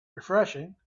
refreshing